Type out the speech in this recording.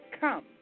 come